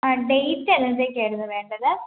ആ ഡേറ്റ് എന്നത്തേക്കായിരുന്നു വേണ്ടത്